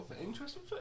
interesting